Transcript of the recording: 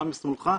מה משמאלך.